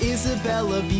Isabella